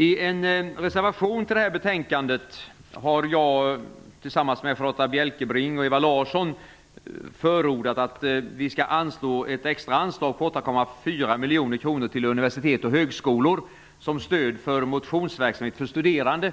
I en reservation fogad till betänkandet förordar jag, Charlotta L Bjälkebring och Ewa Larsson ett extra anslag om 8,4 miljoner kronor till universitet och högskolor som stöd för motionsverksamhet för studerande.